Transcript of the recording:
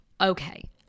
Okay